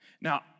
Now